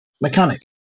mechanic